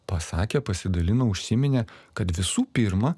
pasakė pasidalino užsiminė kad visų pirma